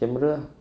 camera ah